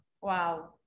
Wow